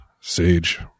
sage